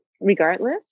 regardless